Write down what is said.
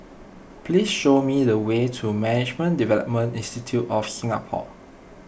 please show me the way to Management Development Institute of Singapore